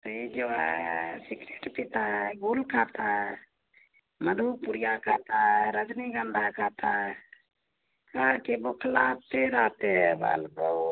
वहीं जो है सिगरेट पीता है गुल खाता है मधु पुड़िया खाता है रजनीगंधा खाता है बौखलाते रहते हैं बाल लड़का सब